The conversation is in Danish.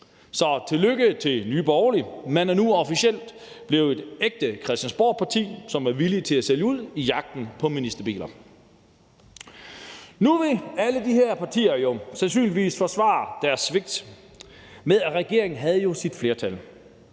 Så tillykke til Nye Borgerlige. Man er nu officielt blevet et ægte Christiansborgparti, som er villige til at sælge ud i jagten på ministerbiler. Nu vil alle de her partier jo sandsynligvis forsvare deres svigt med, at regeringen jo havde sit flertal,